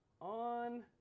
On